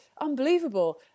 unbelievable